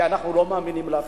כי אנחנו לא מאמינים לכם?